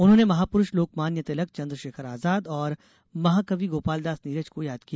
उन्होंने महापुरुष लोकमान्य तिलक चन्द्रशेखर आजाद और महाकवि गोपालदास नीरज को याद किया